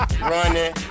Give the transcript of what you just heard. running